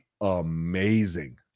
amazing